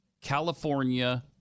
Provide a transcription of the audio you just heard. California